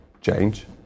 change